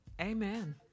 Amen